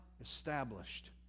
established